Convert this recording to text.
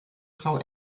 frau